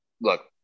look